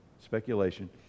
Speculation